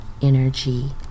energy